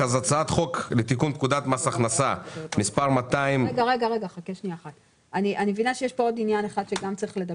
אם כך הצעת חוק לתיקון פקודת מס הכנסה- -- יש פה עוד עניין מבחינת